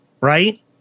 Right